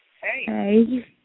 Hey